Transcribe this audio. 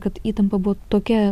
kad įtampa buvo tokia